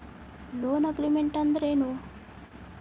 Loan agreement ಅಂದ್ರೇನು?